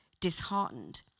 disheartened